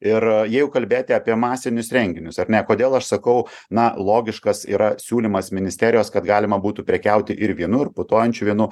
ir jeigu kalbėti apie masinius renginius ar ne kodėl aš sakau na logiškas yra siūlymas ministerijos kad galima būtų prekiauti ir vynu ir putojančiu vynu